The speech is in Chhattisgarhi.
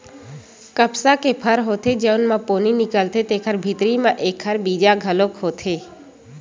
कपसा के फर होथे जउन म पोनी निकलथे तेखरे भीतरी म एखर बीजा घलो होथे